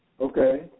Okay